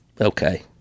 okay